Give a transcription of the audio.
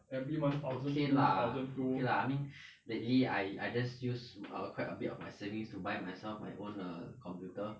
okay lah okay lah I mean lately I I just use err quite a bit of my savings to buy myself my own err computer